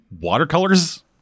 watercolors